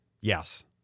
Yes